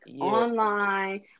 online